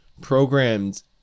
programmed